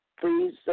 please